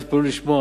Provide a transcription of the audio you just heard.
תתפלאו לשמוע,